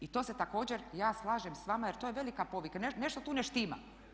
I to se također ja slažem s vama jer to je velika pogreška, nešto tu ne štima.